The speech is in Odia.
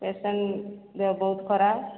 ପେସେଣ୍ଟ ଦେହ ବହୁତ ଖରାପ